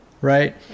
right